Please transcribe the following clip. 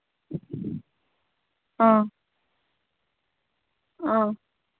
ꯑꯥ ꯑꯥ